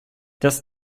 das